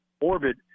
orbit